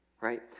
right